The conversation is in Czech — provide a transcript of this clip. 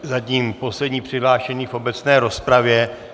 Zatím poslední přihlášený v obecné rozpravě.